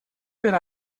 per